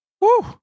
Woo